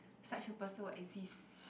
such a person will exist